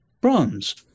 bronze